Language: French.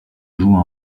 joue